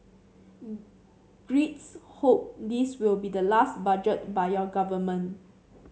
Greeks hope this will be the last budget by your government